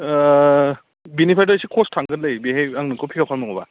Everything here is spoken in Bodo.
बिनिफ्रायथ' एसे खरस थांगोनलै बेहाय आं नोंखौ पिकआप खालामनांगौबा